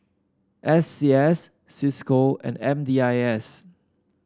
S C S Cisco and M D I S